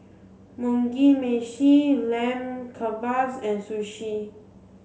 Mugi Meshi Lamb Kebabs and Sushi